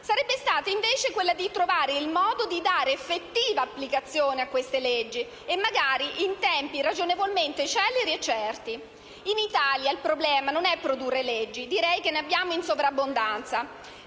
sarebbe stata invece quella di trovare il modo per dare effettiva applicazione a queste leggi e magari in tempi ragionevolmente celeri e certi. In Italia, il problema non è produrre leggi; direi che ne abbiamo in sovrabbondanza.